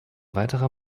weiterer